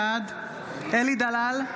בעד אלי דלל,